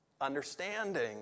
understanding